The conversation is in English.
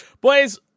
Boys